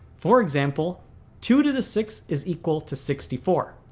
for example two to the sixth is equal to sixty four,